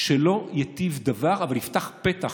שלא ייטיב דבר אבל יפתח פתח